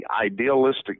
idealistic